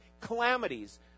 calamities